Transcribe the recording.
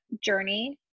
journey